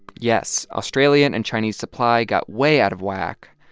yes, australian and chinese supply got way out of whack,